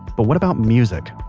but what about music?